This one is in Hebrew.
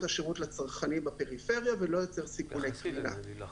השירות לצרכנים בפריפריה ולא יוצר סיכוני סביבה.